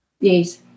Yes